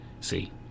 see